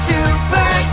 Super